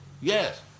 Yes